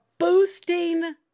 boosting